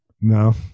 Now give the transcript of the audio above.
No